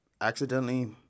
accidentally